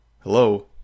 Hello